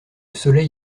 soleil